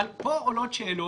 אבל פה עולות שאלות,